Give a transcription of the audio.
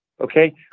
Okay